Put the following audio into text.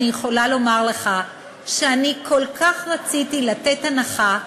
אני יכולה לומר לך שאני כל כך רציתי לתת הנחה,